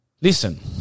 Listen